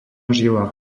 žila